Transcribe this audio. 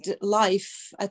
life